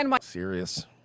serious